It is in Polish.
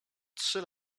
trzy